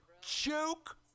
Joke